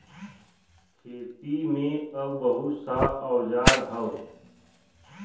खेती में अब बहुत सा औजार हौ